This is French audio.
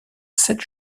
sept